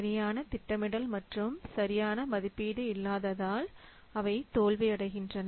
சரியான திட்டமிடுதல் மற்றும் சரியான மதிப்பீடு இல்லாததால் அவை தோல்வி அடைகின்றன